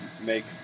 make